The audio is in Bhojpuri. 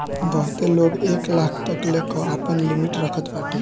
बहुते लोग एक लाख तकले कअ आपन लिमिट रखत बाटे